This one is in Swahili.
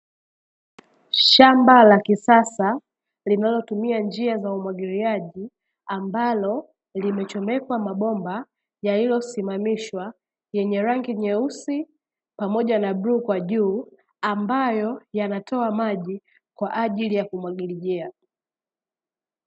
Shamba la kisasa, linalotumia njia za umwagiliaji, ambalo limechomekwa mabomba yaliyosimamishwa, yenye rangi nyeusi pamoja na bluu kwa juu ambayo yanatoa maji kwa ajili ya kumwagilizia.